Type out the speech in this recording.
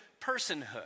personhood